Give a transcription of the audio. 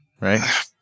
right